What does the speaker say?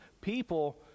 people